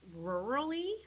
rurally